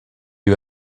you